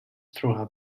throughout